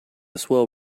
swell